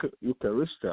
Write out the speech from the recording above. Eucharist